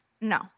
No